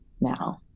now